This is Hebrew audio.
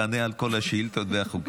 תענה על כל השאילתות והחוקים.